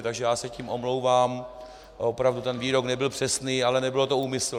Takže tím se omlouvám, opravdu ten výrok nebyl přesný, ale nebyl to úmysl.